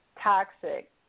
toxic